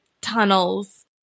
tunnels